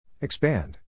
Expand